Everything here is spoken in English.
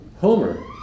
Homer